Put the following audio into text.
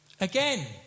Again